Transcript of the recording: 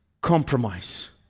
compromise